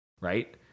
right